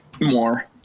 More